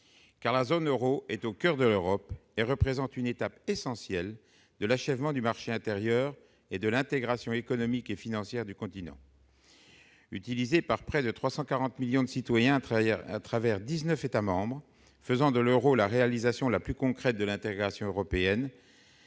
car la zone Euro est au coeur de l'Europe et représente une étape essentielle de l'achèvement du marché intérieur et de l'intégration économique et financière du continent utilisé par près de 340 millions de citoyens travailleurs à travers 19 États-membres faisant de l'Euro, la réalisation la plus concrète de l'intégration européenne,